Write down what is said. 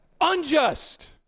Unjust